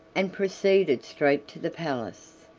and proceeded straight to the palace.